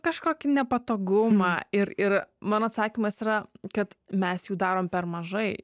kažkokį nepatogumą ir ir mano atsakymas yra kad mes jų darom per mažai